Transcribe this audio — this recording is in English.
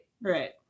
Right